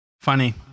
Funny